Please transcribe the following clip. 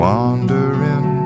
Wandering